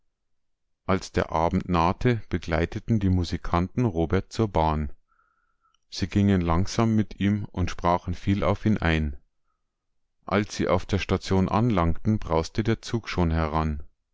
als der abend nahte begleiteten die musikanten robert zur bahn sie gingen langsam mit ihm und sprachen viel auf ihn ein als sie auf der station anlangten brauste der zug schon heran